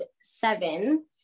seven